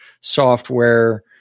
software